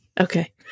okay